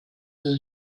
sie